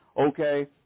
okay